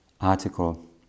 article